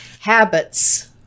Habits